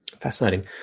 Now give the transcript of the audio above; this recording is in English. Fascinating